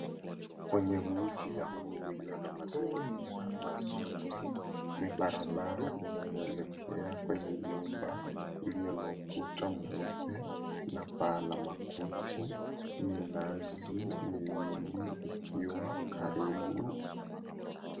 Kwenye mji huu uliyo na mazingira mazuri ni barabara inayoelekea kwenye nyumba iliyo na ukuta mweupe na paa la makuti, minazi miwili ikiwa karibu.